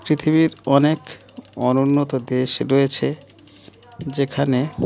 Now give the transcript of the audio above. পৃথিবীর অনেক অনুন্নত দেশ রয়েছে যেখানে